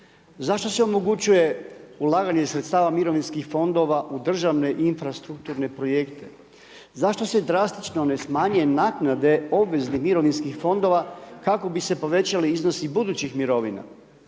Zašto se omogućuje ulaganje sredstava mirovinskih fondova u državne i infrastrukture projekte? Zašto se drastično ne smanjuje naknade obveze mirovinskih fondova kako bi se povećali iznosi budućih mirovina?